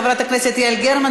חברת הכנסת יעל גרמן,